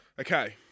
Okay